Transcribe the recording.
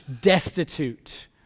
destitute